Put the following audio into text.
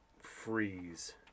Freeze